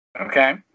Okay